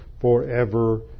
forever